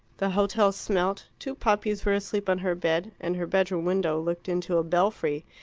the hotel smelt, two puppies were asleep on her bed, and her bedroom window looked into a belfry,